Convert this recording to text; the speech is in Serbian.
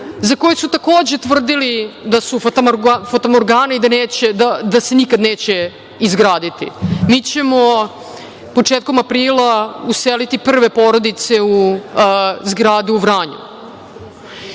za koje su takođe tvrdili da su fatamorgana i da se nikad neće izgraditi. Mi ćemo početkom aprila useliti prve porodice u zgrade u Vranju.